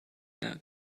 not